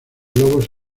lobos